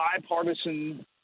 bipartisan